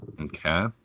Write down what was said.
Okay